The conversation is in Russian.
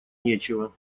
нечего